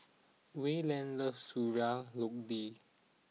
Wayland loves Sayur Lodeh